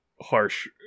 harsh